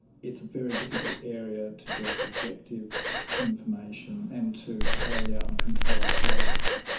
it's a very difficult area to get objective information and to carry out controlled trials,